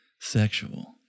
sexual